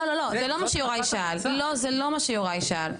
לא, זה לא מה שיוראי שאל.